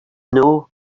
know